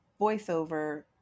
voiceover